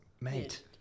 Mate